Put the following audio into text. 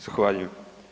Zahvaljujem.